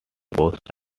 post